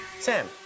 Sam